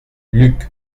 luc